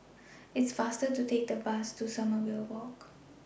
IT IS faster to Take The Bus to Sommerville Walk